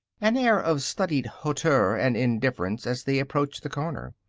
an air of studied hauteur and indifference as they approached the corner.